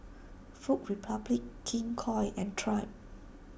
Food Republic King Koil and Triumph